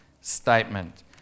statement